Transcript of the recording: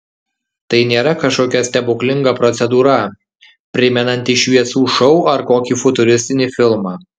tai nėra kažkokia stebuklinga procedūra primenanti šviesų šou ar kokį futuristinį filmą